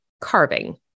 carving